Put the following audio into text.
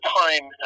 time